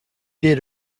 did